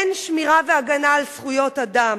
אין שמירה והגנה על זכויות אדם.